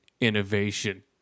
innovation